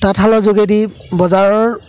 তাঁতশালৰ যোগেদি বজাৰৰ